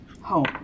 home